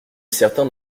certains